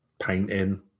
Painting